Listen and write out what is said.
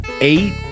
eight